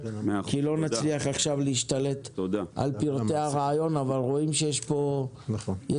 כי לא נצליח עכשיו להשתלט על פרטי הרעיון אבל רואים שיש פה יציאה